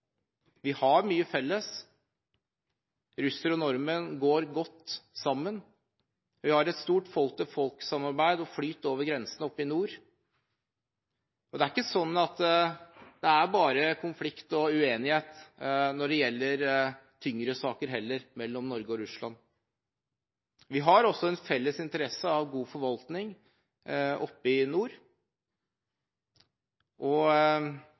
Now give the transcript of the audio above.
Vi har mye felles. Russere og nordmenn går godt sammen. Vi har et stort folk-til-folk-samarbeid og flyt over grensen oppe i nord. Det er heller ikke sånn at det bare er konflikt og uenighet når det gjelder tyngre saker mellom Norge og Russland. Vi har også en felles interesse av god forvaltning oppe i nord.